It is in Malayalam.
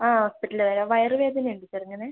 ആ ഹോസ്പിറ്റലില് വരാം വയറുവേദന ഉണ്ട് ചെറുങ്ങനെ